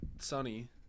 Sunny